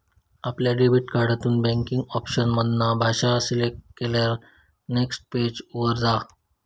आपल्या डेबिट कार्डातून banking option मधना भाषा सिलेक्ट केल्यार नेक्स्ट पेज वर जा